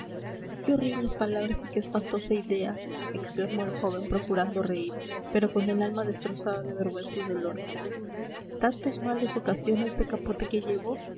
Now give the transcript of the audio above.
qué horribles palabras y qué espantosa idea exclamó el joven procurando reír pero con el alma destrozada de vergüenza y dolor tantos males ocasiona este capote que llevo